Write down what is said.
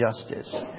justice